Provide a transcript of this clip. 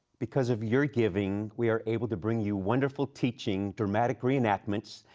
because of your giving we are able to bring you wonderful teaching, dramatic re-enactments,